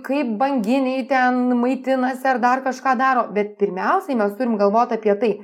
kaip banginiai ten maitinasi ar dar kažką daro bet pirmiausiai mes turim galvot apie tai